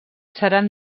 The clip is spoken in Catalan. seran